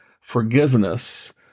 forgiveness